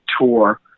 tour